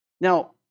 Now